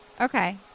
okay